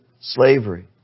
slavery